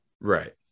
Right